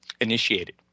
initiated